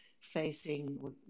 facing